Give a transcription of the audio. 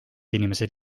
inimesed